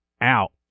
out